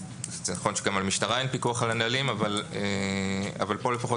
נכון שגם על המשטרה אין פיקוח על הנהלים אבל כאן לפחות